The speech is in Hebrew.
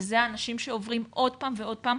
ואלה אנשים שעוברים עוד פעם ועוד פעם.